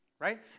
right